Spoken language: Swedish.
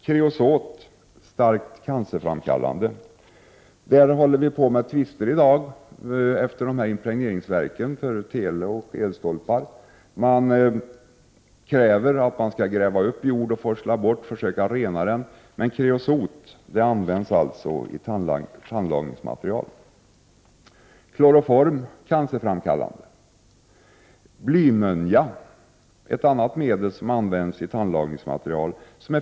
Kreosot är ett starkt cancerframkallande ämne. När det gäller impregneringsmedel, vari kreosot ingår, som används till impregnering av teleoch elstolpar, pågår tvister. Det krävs att man skall gräva upp förorenad jord, forsla bort den och försöka rena den. Men kreosot används alltså i tandlagningsmaterial. Kloroform är ett annat cancerframkallande ämne.